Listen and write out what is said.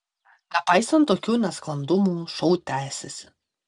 nepaisant tokių nesklandumų šou tęsėsi